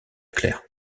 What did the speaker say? clair